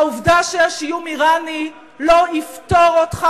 והעובדה שיש איום אירני לא תפטור אותך